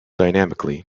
dynamically